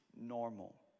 normal